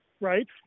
right